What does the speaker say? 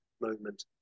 moment